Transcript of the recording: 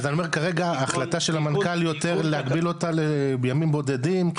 אז אני אומר כרגע החלטה של המנכ"ל יותר להגביל אותם בימים בודדים,